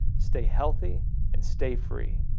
stay healthy and stay free